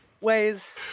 ways